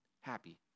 happy